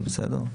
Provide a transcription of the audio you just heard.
זה בסדר?